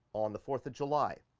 on the fourth of july.